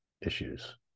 issues